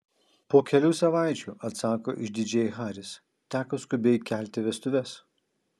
po kelių savaičių atsako išdidžiai haris teko skubiai kelti vestuves